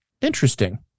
interesting